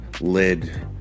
lid